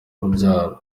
urubyaro